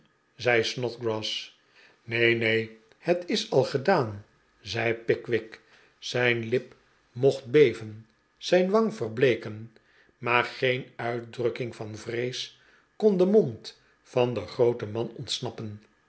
zei snodgrass neen neen net is al gedaan zei pickwick zijn lip mocht beven zijn wang verbleeken maar geen uitdrukking van v'rees kon den mond van den grooten man ontsnappen